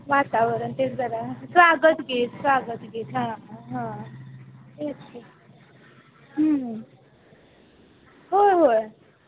वातावरण तेच जरा स्वागतगीत स्वागतगीत हा हां ते होय होय